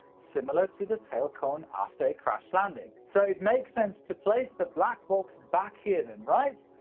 similar to the tail cone after a crash landing. so it makes sense to place the black box back here then, right?